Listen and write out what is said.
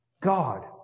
God